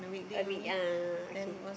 a bit ah okay